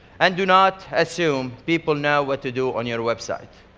and do not assume people know what to do on your website.